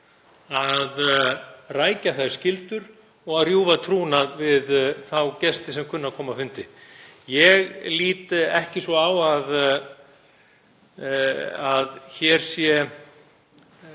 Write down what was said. að rækja þær skyldur og að rjúfa trúnað við þá gesti sem kunna að koma á fundi. Ég lít ekki svo á að hér sé